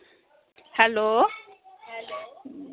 hello